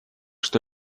что